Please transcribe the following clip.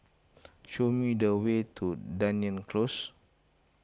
show me the way to Dunearn Close